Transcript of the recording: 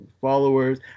followers